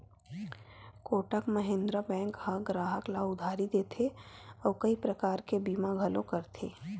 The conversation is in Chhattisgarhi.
कोटक महिंद्रा बेंक ह गराहक ल उधारी देथे अउ कइ परकार के बीमा घलो करथे